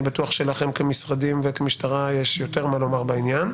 אני בטוח שלכם כמשרדים וכמשטרה יש יותר מה לומר בעניין.